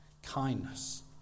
Kindness